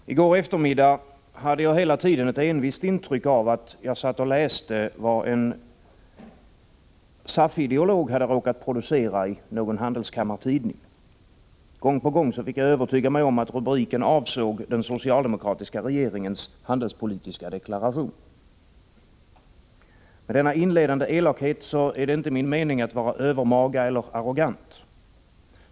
Herr talman! I går eftermiddag hade jag hela tiden ett envist intryck av att jag satt och läste vad en SAF-ideolog hade råkat producera i någon handelskammartidning. Gång på gång fick jag övertyga mig om att rubriken avsåg den socialdemokratiska regeringens handelspolitiska deklaration. Med denna inledande elakhet är det inte min mening att vara övermaga eller föraktfull.